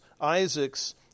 Isaac's